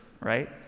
right